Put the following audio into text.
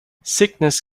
sickness